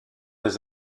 des